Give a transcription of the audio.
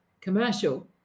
commercial